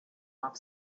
off